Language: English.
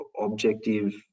objective